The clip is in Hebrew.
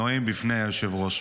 נואם בפני היושב-ראש,